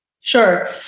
Sure